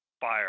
fire